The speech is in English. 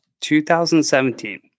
2017